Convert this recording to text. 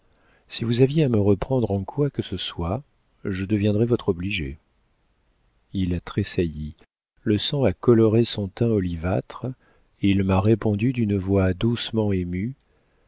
si vous aviez à me reprendre en quoi que ce soit je deviendrais votre obligée il a tressailli le sang a coloré son teint olivâtre il m'a répondu d'une voix doucement émue